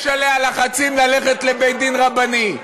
יש עליה לחצים ללכת לבית-דין רבני?